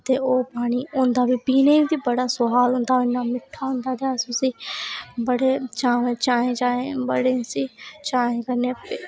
अते ओह् पानी होंदा पीनें ई ते बड़ा सुआद होंदा इन्ना मिट्ठा होंदा कि अस उसी बड़े चाएं चाएं बड़े उसी चाएं कन्नै